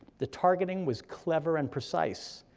the targeting was clever and precise.